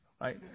right